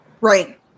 Right